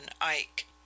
Ike